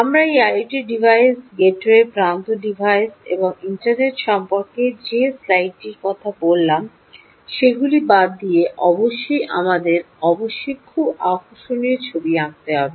আমরা এই IoT device gateway প্রান্ত ডিভাইস এবং ইন্টারনেট সম্পর্কে যে স্লাইডটির কথা বললাম সেগুলি বাদ দিয়ে অবশ্যই আমাদের অবশ্যই খুব আকর্ষণীয় ছবি আঁকতে হবে